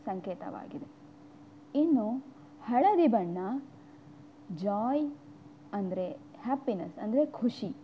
ಸಂಕೇತವಾಗಿದೆ ಇನ್ನು ಹಳದಿ ಬಣ್ಣ ಜಾಯ್ ಅಂದರೆ ಹ್ಯಾಪಿನೆಸ್ ಅಂದರೆ ಖುಷಿ